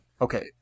Okay